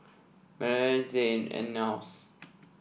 Maleah Zayne and Niles